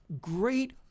great